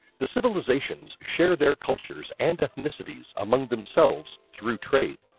the civilizations shared their cultures and ethnicities among themselves through trade.